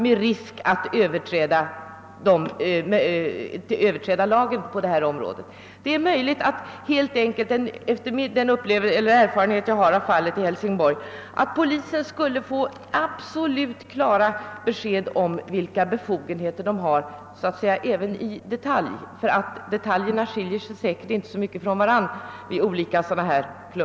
Erfarenheten av fallet i Hälsingborg visar nödvändigheten av att polisen får absolut klara besked även i detaljer om vilka befogenheter den har, särskilt som detaljerna troligen inte skiljer sig så mycket från varandra i olika fall.